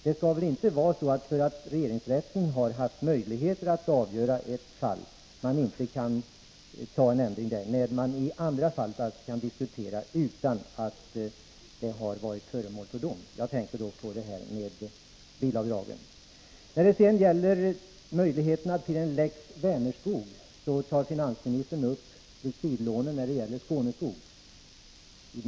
Det skall väl inte vara så att man inte har möjlighet att företa en ändring därför att regeringsrätten haft möjlighet att avgöra detta fall, medan man i det andra fallet — jag tänker då på bilreseavdragen — kan diskutera saken utan att den varit föremål för dom. När det gäller möjligheterna till en lex Vänerskog tar finansministern upp likvidlånen när det gäller Skåneskog.